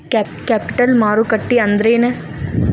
Capital ಮಾರುಕಟ್ಟಿ ಅಂದ್ರೇನ?